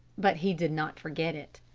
but he did not forget it.